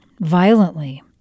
violently